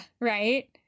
right